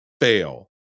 fail